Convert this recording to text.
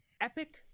Epic